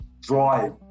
drive